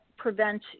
prevent